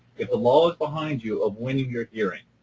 if the law is behind you, of winning your hearing.